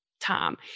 time